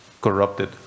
corrupted